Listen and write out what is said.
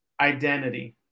identity